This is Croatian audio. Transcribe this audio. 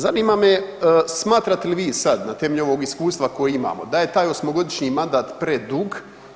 Zanima me, smatrate li vi sad na temelju ovog iskustva koje imamo da je taj osmogodišnji mandat predug?